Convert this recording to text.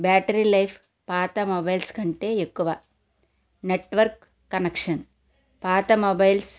battery life పాత mobiles కంటే ఎక్కువ నెట్వర్క్ కనెక్షన్ పాత మొబైల్స్